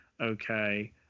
okay